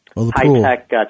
high-tech